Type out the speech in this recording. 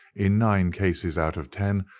in nine cases out of ten,